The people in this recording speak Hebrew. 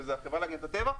שזה החברה להגנת הטבע,